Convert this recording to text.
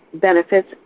benefits